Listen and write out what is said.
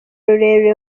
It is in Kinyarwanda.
rurerure